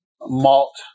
malt